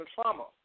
trauma